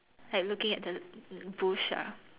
like looking at the bush ah